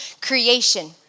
creation